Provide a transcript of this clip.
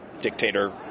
dictator